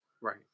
Right